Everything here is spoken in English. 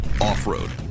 Off-road